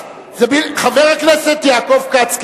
חבר הכנסת יעקב כץ,